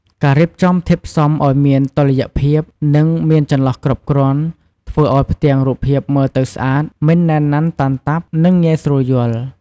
ការរៀបចំធាតុផ្សំឱ្យមានតុល្យភាព និងមានចន្លោះគ្រប់គ្រាន់ ធ្វើឱ្យផ្ទាំងរូបភាពមើលទៅស្អាត មិនណែនណាន់តាន់តាប់ និងងាយស្រួលយល់ ។